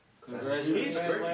Congratulations